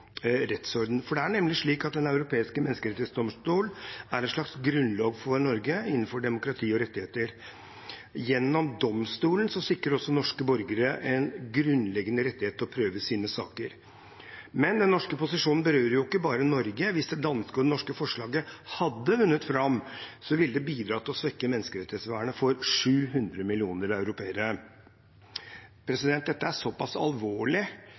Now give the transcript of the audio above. rettsorden. Det er nemlig slik at Den europeiske menneskerettsdomstol er en slags grunnlov for Norge innenfor demokrati og rettigheter. Gjennom domstolen sikres også norske borgere en grunnleggende rettighet til å prøve sine saker. Men den norske posisjonen berører jo ikke bare Norge. Hvis det danske og det norske forslaget hadde vunnet fram, ville det bidratt til å svekke menneskerettighetsvernet for 700 millioner europeere. Dette er såpass alvorlig